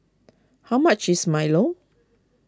how much is Milo